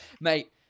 Mate